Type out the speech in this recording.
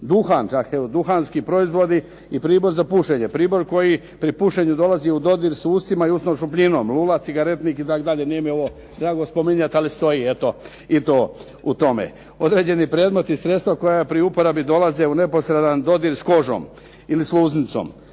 duhan, čak evo i duhanski proizvodi, pribor koji pri pušenju dolazi u dodir sa ustima i usnom šupljinom, lula, cigaretnik itd. nije mi ovo drago spominjati ali stoji i to u tome. Određeni predmeti i sredstva koja pri uporabi dolaze u neposredan dodir s kožom ili sluznicom.